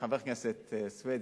חבר הכנסת סוייד,